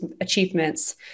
achievements